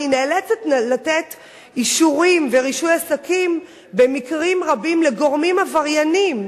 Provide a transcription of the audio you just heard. אני נאלצת לתת אישורים ורישוי עסקים במקרים רבים לגורמים עברייניים